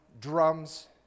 drums